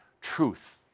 truth